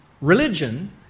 religion